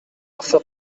акча